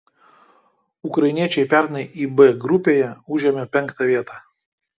ukrainiečiai pernai ib grupėje užėmė penktą vietą